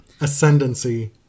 ascendancy